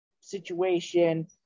situation